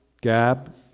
Gab